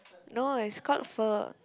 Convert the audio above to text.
no is called pho